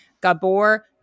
Gabor